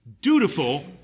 Dutiful